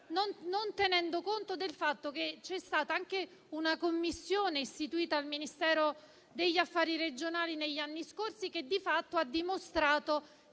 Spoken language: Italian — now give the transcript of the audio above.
non tenendo conto del fatto che c'è stata anche una commissione, istituita al Ministero degli affari regionali negli anni scorsi, che di fatto ha dimostrato